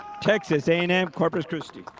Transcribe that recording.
texas a and m corpus christi.